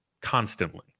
constantly